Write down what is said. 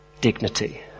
dignity